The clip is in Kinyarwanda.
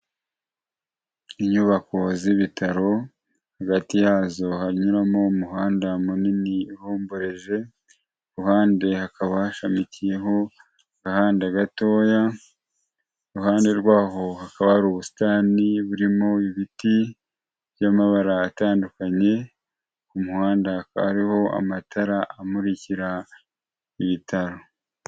Inyubako z'ibitaro hagati yazo hanyuramo umuhanda munini ubomboreje, i ruhande hakaba hashamikiyeho agahanda gatoya, i ruhande rwaho hakaba hari ubusitani burimo ibiti by'amabara atandukanye, ku muhanda hariho amatara amurikira ibitaro.